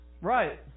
Right